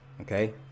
okay